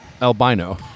Albino